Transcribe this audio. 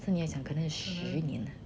so 你想可能十年